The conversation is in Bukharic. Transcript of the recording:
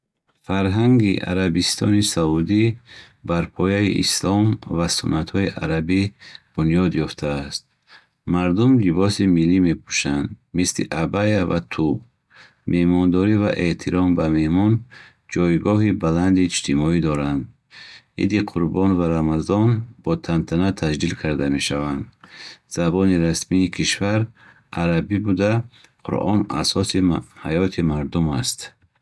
Фарҳанги Арабистони Саудӣ бар пояи ислом ва суннатҳои арабӣ бунёд ёфтааст. Мардум либоси миллӣ мепӯшанд, мисли абая ва туб. Меҳмондорӣ ва эҳтиром ба меҳмон ҷойгоҳи баланди иҷтимоӣ доранд. Иди Қурбон ва Рамазон бо тантана таҷлил карда мешаванд. Забони расмии кишвар арабӣ буда, Қуръон асоси ҳаёти мардум аст.